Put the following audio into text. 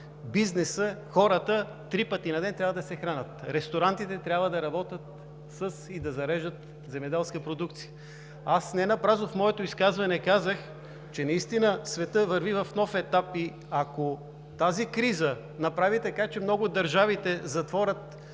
де, ама хората три пъти на ден трябва да се хранят. Ресторантите трябва да работят и да зареждат земеделска продукция. Ненапразно в моето изказване казах, че наистина светът върви в нов етап и ако тази криза направи така, че много от държавите затворят